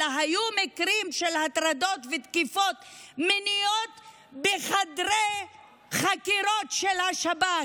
אלא היו מקרים של הטרדות ותקיפות מיניות בחדרי חקירות של השב"כ.